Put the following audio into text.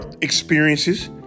experiences